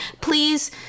please